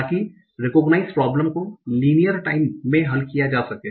ताकि recognise problem को linear time में हल किया जा सके